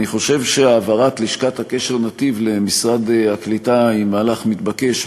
אני חושב שהעברת לשכת הקשר "נתיב" למשרד הקליטה היא מהלך מתבקש,